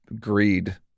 greed